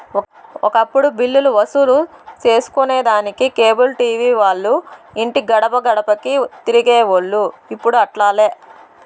ఒకప్పుడు బిల్లులు వసూలు సేసుకొనేదానికి కేబుల్ టీవీ వాల్లు ఇంటి గడపగడపకీ తిరిగేవోల్లు, ఇప్పుడు అట్లాలే